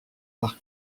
par